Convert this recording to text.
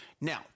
Now